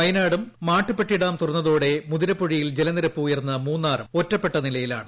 വയനാടും മാട്ടുപെട്ടി ഡാം തുറന്നതോടെ മുതിരപ്പുഴയിൽ ജലനിരപ്പ് ഉയർന്ന മൂന്നാറും ഒറ്റപ്പെട്ടി നില്യിലാണ്